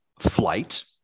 flight